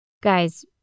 Guys